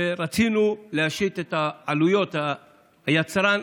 שרצינו להשית את עלויות היצרן: